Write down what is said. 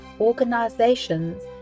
organizations